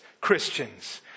Christians